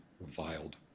reviled